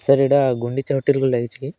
sir ଏଇଟା ଗୁଣ୍ଡିଚା ହୋଟେଲକୁ ଲାଗିଛି କି